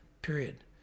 period